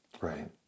Right